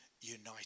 united